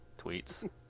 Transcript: tweets